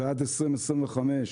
ועד סוף 2025,